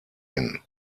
hin